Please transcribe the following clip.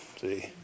see